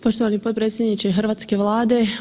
Poštovani predsjedniče hrvatske Vlade.